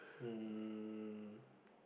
um